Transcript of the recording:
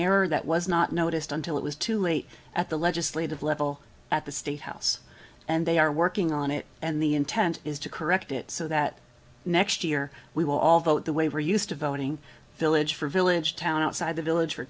error that was not noticed until it was too late at the legislative level at the state house and they are working on it and the intent is to correct it so that next year we will all vote the way we're used to voting village for village town outside the village or